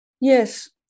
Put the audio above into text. Yes